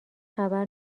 خبر